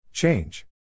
Change